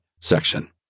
section